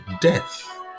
death